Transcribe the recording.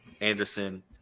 Anderson